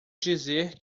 dizer